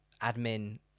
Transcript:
admin